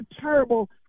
terrible